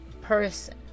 person